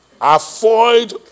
Avoid